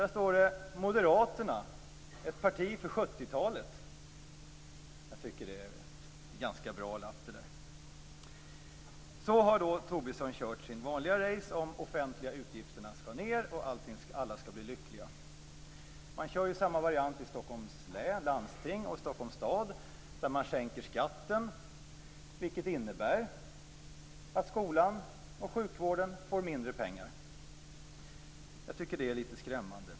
Där står det: Moderaterna - Jag tycker att det är en ganska bra lapp. Så har då Tobisson kört sitt vanliga race om att de offentliga utgifterna skall ned och att alla skall bli lyckliga. Man kör ju samma variant i Stockholms landsting och i Stockholms stad där man sänker skatten. Det innebär att skolan och sjukvården får mindre pengar. Jag tycker att det är lite skrämmande.